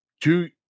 two